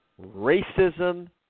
Racism